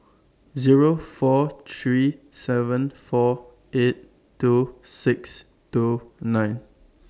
Zero four three seven four eight two six two nine